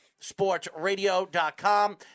SportsRadio.com